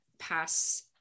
pass